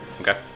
Okay